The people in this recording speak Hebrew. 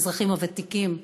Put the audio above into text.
האזרחים הוותיקים,